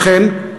וכן,